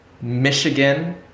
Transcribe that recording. Michigan